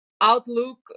outlook